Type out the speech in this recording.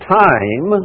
time